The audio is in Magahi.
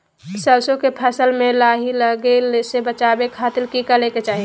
सरसों के फसल में लाही लगे से बचावे खातिर की करे के चाही?